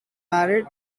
married